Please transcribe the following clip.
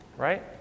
right